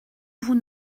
vous